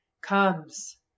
comes